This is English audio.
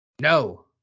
No